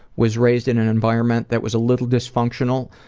was raised in an environment that was a little dysfunctional.